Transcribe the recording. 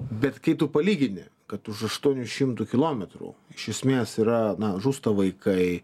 bet kai tu palygini kad už aštuonių šimtų kilometrų iš esmės yra na žūsta vaikai